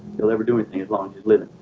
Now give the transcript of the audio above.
he'll ever do anything as long as he's living